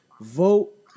Vote